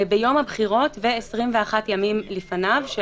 זה